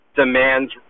demands